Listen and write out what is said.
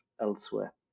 elsewhere